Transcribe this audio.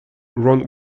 ron